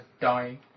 dying